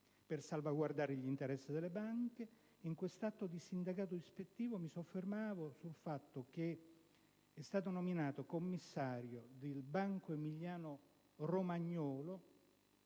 per salvaguardare gli interessi delle banche. In questo atto di sindacato ispettivo mi soffermo sul fatto che - in data 21 luglio 2009 - è stato nominato commissario del Banco emiliano romagnolo